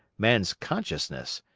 man's consciousness,